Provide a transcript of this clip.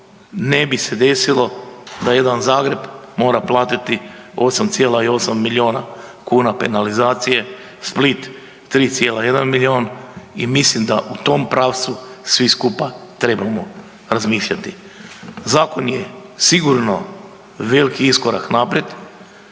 ne bi se desilo da jedan Zagreb mora platiti 8,8 milijuna kuna penalizacije, Split 3,1 milijun i mislim da u tom pravcu svi skupa trebamo razmišljati. Zakon je sigurno veliki iskorak naprijed,